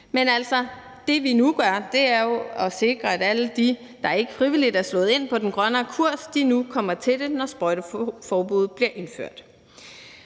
Men det, vi gør nu, er at sikre, at alle de, der ikke frivilligt er slået ind på den grønnere kurs, nu kommer til det, når sprøjteforbuddet bliver indført.